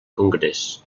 congrés